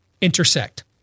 intersect